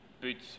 Boots